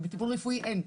ובטיפול רפואי אין.